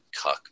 cuck